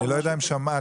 אני לא יודעת אם שמעת,